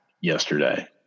yesterday